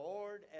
Lord